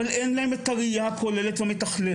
אבל אין להן את הראייה הכוללת והמתכללת.